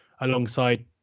alongside